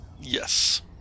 Yes